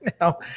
Now